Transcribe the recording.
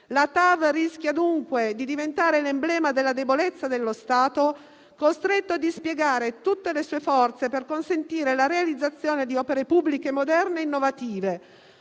La TAV rischia dunque di diventare l'emblema della debolezza dello Stato, costretto a dispiegare tutte le sue forze per consentire la realizzazione di opere pubbliche moderne e innovative.